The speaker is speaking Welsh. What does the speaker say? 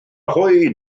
hwy